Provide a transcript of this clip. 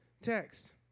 text